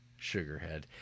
sugarhead